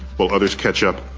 while others catch up,